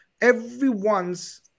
Everyone's